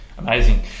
Amazing